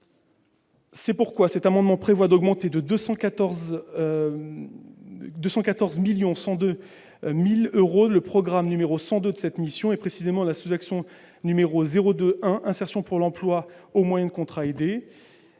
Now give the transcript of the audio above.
C'est pourquoi cet amendement vise à augmenter de 214 102 016 euros le programme 102 de cette mission, plus précisément la sous-action n° 02.01, Insertion dans l'emploi aux moyens de contrats aidés.